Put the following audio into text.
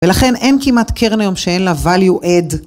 ולכן אין כמעט קרן היום שאין לה value add.